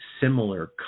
similar